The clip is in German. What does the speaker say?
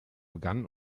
begann